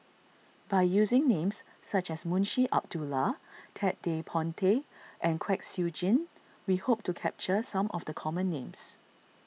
by using names such as Munshi Abdullah Ted De Ponti and Kwek Siew Jin we hope to capture some of the common names